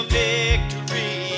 victory